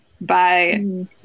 by-